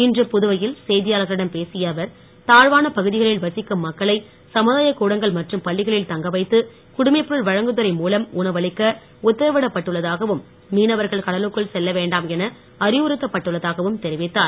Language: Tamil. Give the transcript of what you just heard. இன்று புதுவையில் செய்தியாளர்களிடம் பேசிய அவர் தாழ்வான பகுதிகளில் வசிக்கும் மக்களை சமுதாய கூடங்கள் மற்றும் பள்ளிகளில் தங்கவைத்து குடிமைப்பொருள் வழங்குதுறை உணவளிக்க மூலம் மீனவர்கள் கடலுக்குள் செல்ல வேண்டாம் என அறிவுருத்தப்பட்டுள்ளதாகவும் தெரிவித்தார்